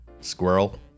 Squirrel